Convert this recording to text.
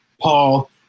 Paul